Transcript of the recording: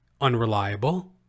unreliable